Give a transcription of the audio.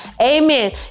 amen